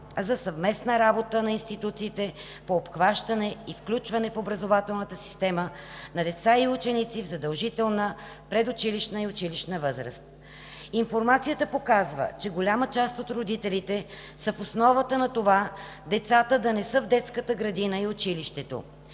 за съвместна работа на институциите по обхващане и включване в образователната система на децата и учениците в задължителна предучилищна и училищна възраст. Информацията показва, че голяма част от родителите са в основата на това децата да не са в детската градина и училището.